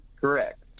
Correct